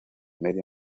media